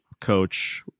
coach